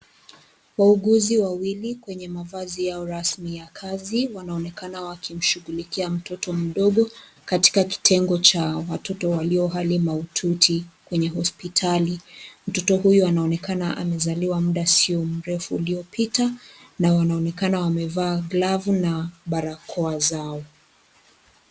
Wauguzi wawili kwenye mavazi yao rasmi ya kazi wanaonekana wakimshughulikia mtoto mdogo katika kitengo cha watoto walio hali mahututi kwenye hospitali, mtoto huyo anaonekana amezaliwa muda sio mrefu uliopita na wanaonekana wamevaa glavu na barakoa zao.